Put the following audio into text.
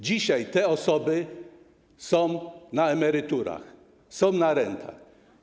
Dzisiaj te osoby są na emeryturach, są na rentach.